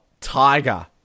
tiger